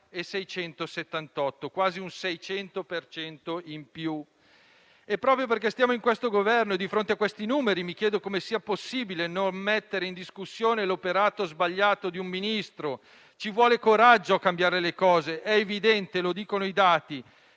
E, proprio perché siamo in questo Governo e di fronte a questi numeri, mi chiedo come sia possibile non mettere in discussione l'operato sbagliato di un Ministro. Ci vuole coraggio a cambiare le cose. È evidente - lo dicono i dati